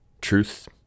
truth